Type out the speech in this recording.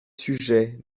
sujets